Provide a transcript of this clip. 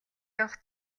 явах